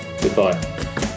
goodbye